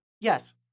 Yes